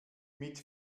mit